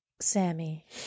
Sammy